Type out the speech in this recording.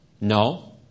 No